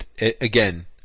again